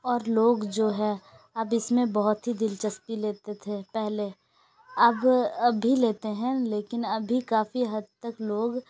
اور لوگ جو ہے اب اس میں بہت ہی دل چسپی لیتے تھے پہلے اب اب بھی لیتے ہیں لیکن ابھی کافی حد تک لوگ